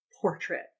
portrait